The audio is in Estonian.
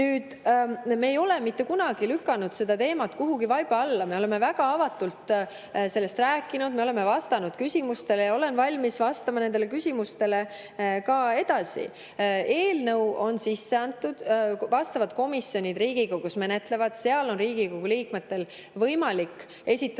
Me ei ole mitte kunagi lükanud seda teemat kuhugi vaiba alla. Me oleme väga avatult sellest rääkinud, oleme vastanud küsimustele ja olen valmis vastama nendele küsimustele ka edaspidi. Eelnõu on sisse antud ja vastavad komisjonid seda Riigikogus menetlevad. Seal on Riigikogu liikmetel võimalik esitada